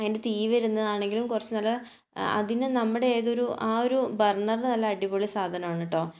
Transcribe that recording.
അതിൻ്റെ തീ വരുന്നതാണെങ്കിലും കുറച്ച് നല്ല അതിന് നമ്മുടെ ഏതോ ഒരു ആ ഒരു ബർണർ നല്ല അടിപൊളി സാധനമാണ് കേട്ടോ